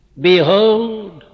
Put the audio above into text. Behold